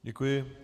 Děkuji.